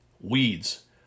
Weeds